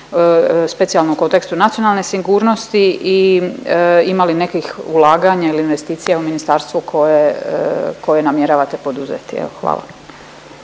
specijalno kao u kontekstu nacionalne sigurnosti i ima li nekih ulaganja ili investicija u ministarstvu koje, koje namjeravate poduzeti jel? Hvala.